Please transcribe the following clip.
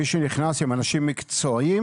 מי שנכנס הם אנשים מקצועיים